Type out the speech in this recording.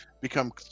become